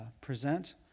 present